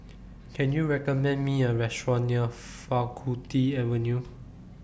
Can YOU recommend Me A Restaurant near Faculty Avenue